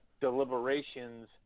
deliberations